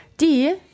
die